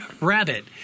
rabbit